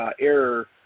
error